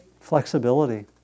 Flexibility